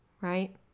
right